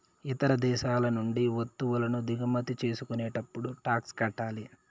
ఇతర దేశాల నుండి వత్తువులను దిగుమతి చేసుకునేటప్పుడు టాక్స్ కట్టాలి